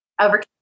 over